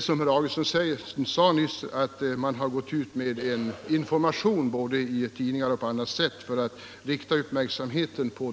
Som herr Augustsson sade har man gått ut med information både i tidningar och på annat sätt för att rikta uppmärksamheten på